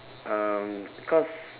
um cause